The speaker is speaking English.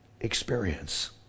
experience